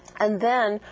and then,